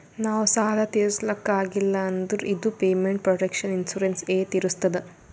ನಾವ್ ಸಾಲ ತಿರುಸ್ಲಕ್ ಆಗಿಲ್ಲ ಅಂದುರ್ ಇದು ಪೇಮೆಂಟ್ ಪ್ರೊಟೆಕ್ಷನ್ ಇನ್ಸೂರೆನ್ಸ್ ಎ ತಿರುಸ್ತುದ್